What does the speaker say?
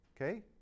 okay